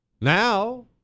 Now